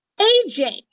AJ